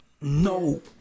No